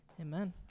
Amen